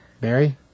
Barry